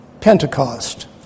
Pentecost